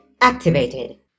activated